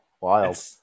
wild